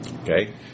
okay